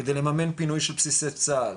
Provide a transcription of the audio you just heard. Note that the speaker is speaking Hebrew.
כדי לממן פינוי של בסיסי צה"ל,